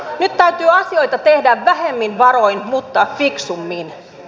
nyt täytyy asioita tehdä vähemmin varoin mutta fiksummin